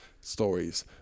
stories